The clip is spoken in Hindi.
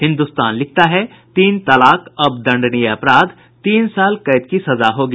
हिन्दुस्तान लिखता है तीन तलाक अब दंडनीय अपराध तीन साल कैद की सजा होगी